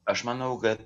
aš manau kad